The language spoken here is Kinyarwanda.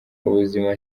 ubuzima